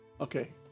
Okay